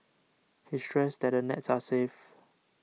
he stressed that the nets are safe